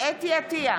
חוה אתי עטייה,